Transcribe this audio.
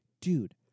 dude